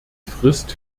frist